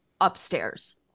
upstairs